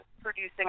producing